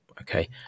Okay